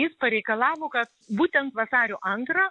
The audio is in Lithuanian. jis pareikalavo kad būtent vasario antrą